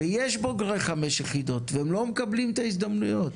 ויש בוגרי 5 יחידות והם לא מקבלים את ההזדמנויות.